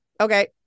Okay